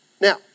Now